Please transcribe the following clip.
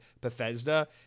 Bethesda